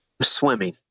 Swimming